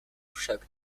však